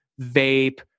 vape